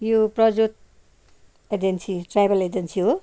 यो Prajwat agency travel agency हो